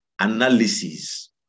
analysis